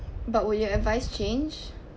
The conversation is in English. but would your advise change